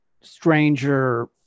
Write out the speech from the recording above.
stranger